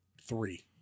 three